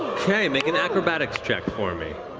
okay, make an acrobatics check for me.